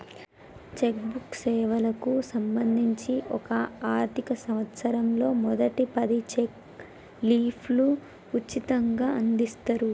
check book సేవలకు సంబంధించి ఒక ఆర్థిక సంవత్సరంలో మొదటి పది చెక్ లీఫ్లు ఉచితంగ అందిత్తరు